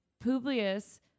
Publius